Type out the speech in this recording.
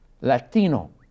Latino